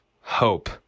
hope